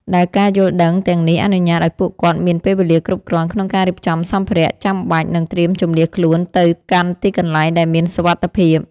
ដែលការយល់ដឹងទាំងនេះអនុញ្ញាតឱ្យពួកគាត់មានពេលវេលាគ្រប់គ្រាន់ក្នុងការរៀបចំសម្ភារៈចាំបាច់ និងត្រៀមជម្លៀសខ្លួនទៅកាន់ទីកន្លែងដែលមានសុវត្ថិភាព។